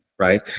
Right